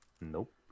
Nope